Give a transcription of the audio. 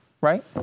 right